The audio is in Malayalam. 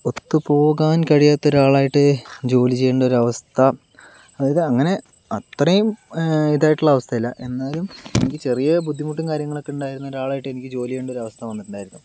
ഒത്തു പോകാൻ കഴിയാത്തൊരാളായിട്ട് ജോലി ചെയ്യണ്ട ഒരവസ്ഥ അതായത് അങ്ങനെ അത്രേം ഇതായിട്ടുള്ള അവസ്ഥ അല്ല എന്നാലും എനിക്ക് ചെറിയ ബുദ്ധിമുട്ടും കാര്യങ്ങളൊക്കെ ഉണ്ടായിരുന്ന ഒരാളുമായിട്ട് എനിക്ക് ജോലി ചെയ്യേണ്ട ഒരവസ്ഥ വന്നിട്ടുണ്ടായിരുന്നു